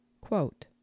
Quote